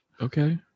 Okay